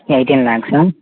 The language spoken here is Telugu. ఎయిటీన్ ల్యాక్సా